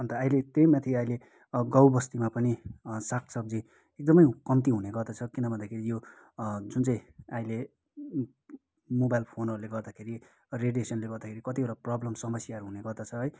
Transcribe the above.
अन्त अहिले त्यहीमाथि अहिले गाउँ बस्तीमा पनि साग सब्जी एकदमै कम्ती हुने गर्दछ किनभन्दाखेरि यो जुन चाहिँ अहिले मोबाइल फोनहरूले गर्दाखेरि रेडिएसनले गर्दाखेरि कतिवटा प्रब्लम समस्याहरू हुर्ने गर्दछ है